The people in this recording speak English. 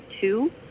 two